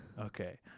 Okay